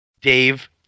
Dave